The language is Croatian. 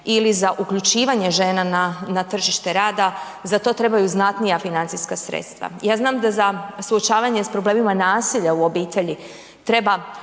ili za uključivanje žena na tržište rada, za to trebaju znatnija financijska sredstva. Ja znam da za suočavanje s problemima nasilja u obitelji treba